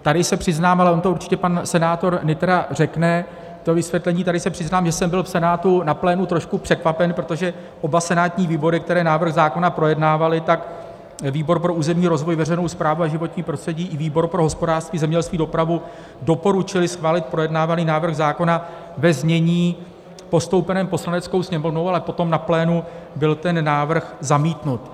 Tady se přiznám, ale on to určitě pan senátor Nytra řekne, to vysvětlení, tady se přiznám, že jsem byl v Senátu na plénu trošku překvapen, protože oba senátní výbory, které návrh zákona projednávaly, výbor pro územní rozvoj, veřejnou správu a životní prostředí i výbor pro hospodářství, zemědělství, dopravu, doporučily schválit projednávaný návrh zákona ve znění postoupeném Poslaneckou sněmovnou, ale potom na plénu byl ten návrh zamítnut.